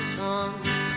songs